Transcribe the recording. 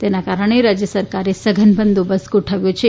તેના કારણે રાજ્ય સરકારે સઘન બંદોબસ્ત ગોઠવ્યો છે